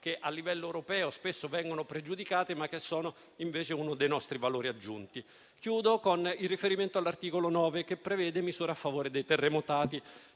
che a livello europeo spesso vengono pregiudicate, ma che sono invece uno dei nostri valori aggiunti. Chiudo con il riferimento all'articolo 9, che prevede misure a favore dei terremotati.